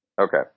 okay